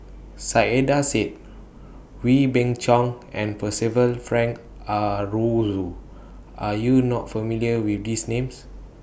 Saiedah Said Wee Beng Chong and Percival Frank Aroozoo Are YOU not familiar with These Names